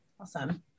Awesome